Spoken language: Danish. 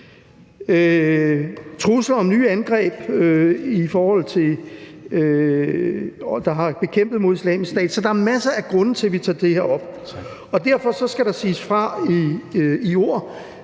trusler om nye angreb i forhold til dem, der har bekæmpet Islamisk Stat. Så der er masser af grunde til, at vi tager det her op. Derfor skal der siges fra i ord.